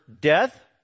death